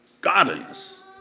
Godliness